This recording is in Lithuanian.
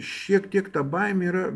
šiek tiek ta baimė yra